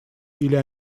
или